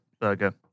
Burger